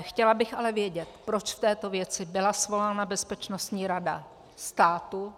Chtěla bych ale vědět, proč k této věci byla svolána Bezpečnostní rada státu.